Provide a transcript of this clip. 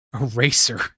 Eraser